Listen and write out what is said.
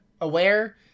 aware